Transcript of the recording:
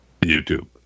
YouTube